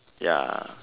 ya